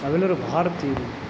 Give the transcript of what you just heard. ನಾವೆಲ್ಲರೂ ಭಾರತೀಯರು